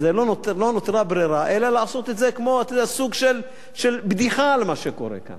לא נותרה ברירה אלא לעשות את זה כמו סוג של בדיחה על מה שקורה כאן.